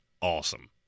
Awesome